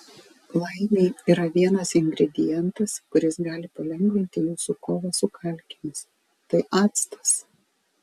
laimei yra vienas ingredientas kuris gali palengvinti jūsų kovą su kalkėmis tai actas